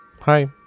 hi